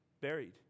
buried